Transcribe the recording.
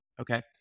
okay